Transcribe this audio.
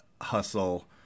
hustle